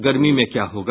गर्मी में क्या होगा